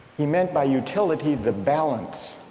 he meant by utility the balance